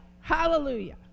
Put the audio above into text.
Hallelujah